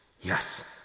Yes